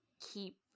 keep